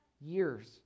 years